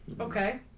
Okay